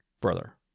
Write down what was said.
brother